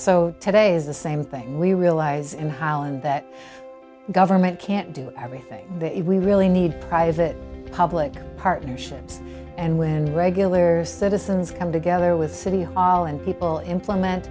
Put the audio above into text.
so today is the same thing we realize in holland that government can't do everything but if we really need private public partnerships and when regular citizens come together with city hall and people implement